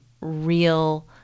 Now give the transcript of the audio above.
real